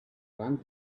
rang